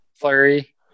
Flurry